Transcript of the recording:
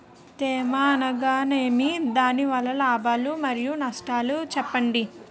తేమ అనగానేమి? దాని వల్ల లాభాలు మరియు నష్టాలను చెప్పండి?